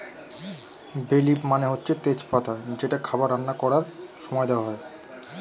বে লিফ মানে হচ্ছে তেজ পাতা যেটা খাবারে রান্না করার সময়ে দেওয়া হয়